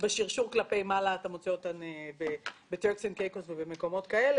שבשרשור כלפי מעלה אתה מוצא אותן במקומות כאלה.